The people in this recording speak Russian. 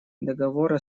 договора